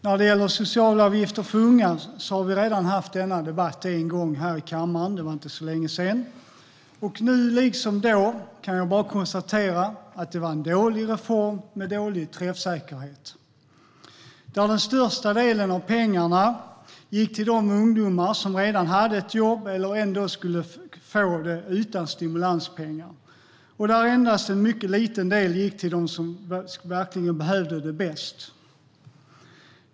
Herr talman! Vi har redan haft en debatt för inte så länge sedan om socialavgifter för unga. Nu liksom då kan jag bara konstatera att det var en dålig reform med dålig träffsäkerhet. Den största delen av pengarna gick till de ungdomar som redan hade ett jobb eller ändå skulle få det utan stimulanspengar. Endast en mycket liten del gick till dem som verkligen behövde det bäst.